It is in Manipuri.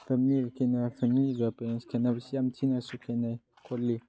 ꯐꯦꯃꯤꯂꯤꯒ ꯐ꯭ꯔꯦꯟꯁꯀ ꯈꯦꯅꯕꯁꯦ ꯌꯥꯝ ꯊꯤꯅꯁꯨ ꯈꯦꯅꯩ ꯈꯣꯠꯂꯤ